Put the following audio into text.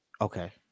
Okay